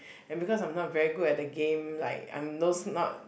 and because I'm not very good at the game like I'm those not